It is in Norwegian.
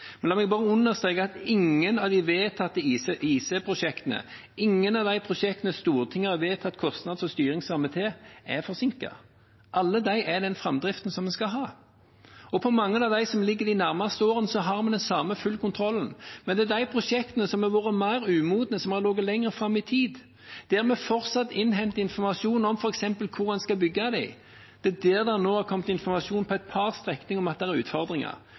Men la meg bare understreke at ingen av de vedtatte IC-prosjektene, ingen av de prosjektene Stortinget har vedtatt kostnads- og styringsrammer for, er forsinket. Alle har den framdriften de skal ha. Over mange av dem som vil foreligge de nærmeste årene, har vi den samme fulle kontrollen. Men når det gjelder de prosjektene som har vært mer umodne, som har ligget lenger fram i tid, og som vi fortsatt innhenter informasjon om, f.eks. om hvor vi skal bygge dem, har det nå kommet informasjon om at det er utfordringer på et par strekninger. Og så gir opposisjonen inntrykk av at dermed raser alt. Nei, det er